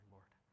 Lord